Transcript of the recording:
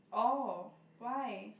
oh why